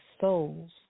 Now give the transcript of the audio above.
souls